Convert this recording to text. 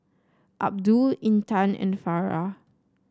Abdul Intan and Farah